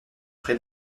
près